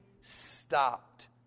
stopped